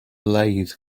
lathe